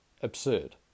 absurd